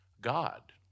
God